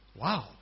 Wow